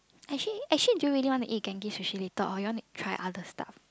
actually actually do you really wanna eat Genki-Sushi later or you wanna try other stuff